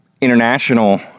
international